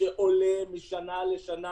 שעולה משנה לשנה,